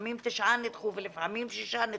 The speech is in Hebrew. לפעמים תשעה נדחו ולפעמים שישה נדחו.